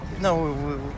no